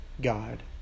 God